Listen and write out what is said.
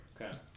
Okay